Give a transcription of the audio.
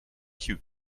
cue